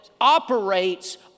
operates